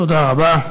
תודה רבה.